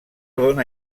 dóna